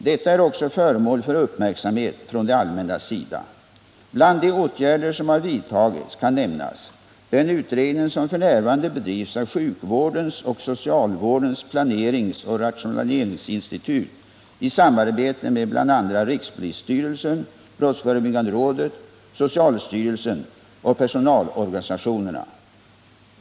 Detta är också föremål för uppmärksamhet från det allmännas sida. Bland de åtgärder som har vidtagits kan nämnas den utredning som f. n. bedrivs av sjukvårdens och socialvårdens planeringsoch rationaliseringsinstitut i samarbete med bl.a. rikspolisstyrelsen, brottsförebyggande rådet, socialstyrelsen och personalorganisationerna.